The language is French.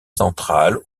central